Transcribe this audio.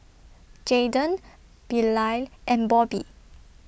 Jaden Bilal and Bobbie